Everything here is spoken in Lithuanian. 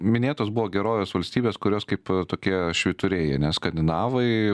minėtos buvo gerovės valstybės kurios kaip tokie švyturiai ane skandinavai